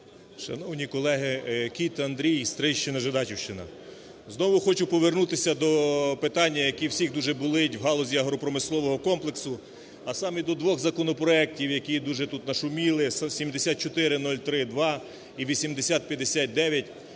Шановні колеги! Кіт Андрій, Стрийщина, Жидачівщина. Знову хочу повернутися до питання, яке у всіх дуже болить в галузі агропромислового комплексу, а саме: до двох законопроектів, які дуже тут нашуміли – 7403-2 і 8059